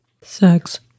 Sex